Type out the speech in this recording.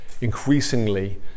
Increasingly